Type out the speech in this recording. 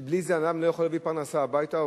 ובלי זה אדם לא יכול להביא פרנסה הביתה,